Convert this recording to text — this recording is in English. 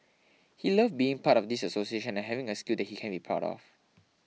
he loved being part of this association and having a skill that he can be proud of